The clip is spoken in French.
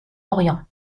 orient